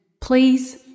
Please